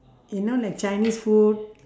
you know like chinese food